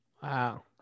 Wow